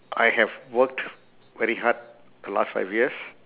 I have worked very hard the last five years